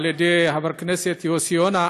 על ידי חבר הכנסת יוסי יונה,